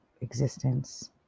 existence